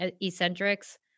eccentrics